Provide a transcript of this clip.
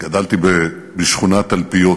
גדלתי בשכונת תלפיות,